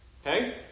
Okay